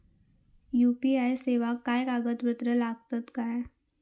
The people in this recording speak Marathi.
यू.पी.आय सेवाक काय कागदपत्र लागतत काय?